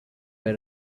were